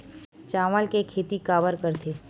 चावल के खेती काबर करथे?